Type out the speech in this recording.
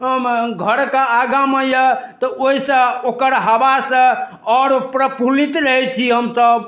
हम घरके आगाँमे यऽ तऽ ओइसँ ओकर हवासँ आओर प्रफुल्लित रहै छी हमसभ